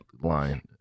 line